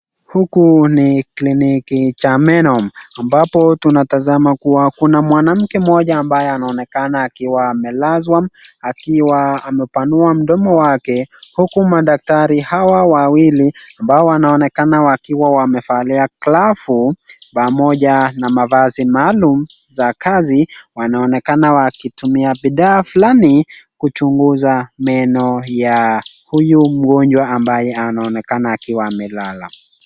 Huku ni kliniki cha meno ambapo tunatazama kuwa kuna mwanamke mmoja ambaye anaonekana akiwa amelazwa akiwa amepanua mdomo wake uku madaktari hawa wawili ambao wanaonekana wakiwa wamevalia glavu pamoja na mavazi maalum za kazi. Wanaonekana wakitumia bidhaa fulani kuchuguza meno ya huyu mgonjwa ambaye anaonekana akiwa amelala.